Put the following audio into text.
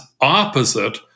opposite